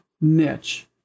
niche